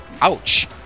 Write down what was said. Ouch